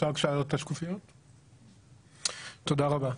תודה רבה.